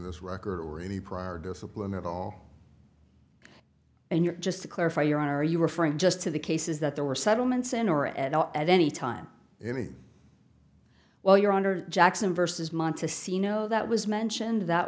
this record or any prior discipline at all and you're just to clarify your are you referring just to the cases that there were settlements in or at all at any time any well your honor jackson versus mine to see no that was mentioned that